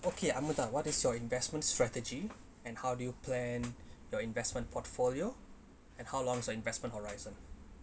okay amutha what is your investment strategy and how do you plan your investment portfolio and how long is your investment horizon